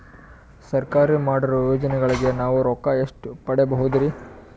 ಸರ್ಕಾರ ಮಾಡಿರೋ ಯೋಜನೆಗಳಿಗೆ ನಾವು ರೊಕ್ಕ ಎಷ್ಟು ಪಡೀಬಹುದುರಿ?